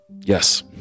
Yes